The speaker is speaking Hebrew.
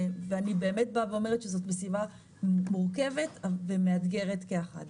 זאת משימה מורכבת ומאתגרת כאחת.